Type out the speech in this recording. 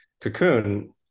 cocoon